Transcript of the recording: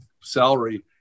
salary